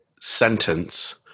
sentence